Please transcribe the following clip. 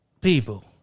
people